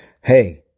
Hey